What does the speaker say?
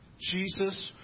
Jesus